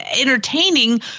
entertaining